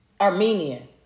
Armenian